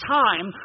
time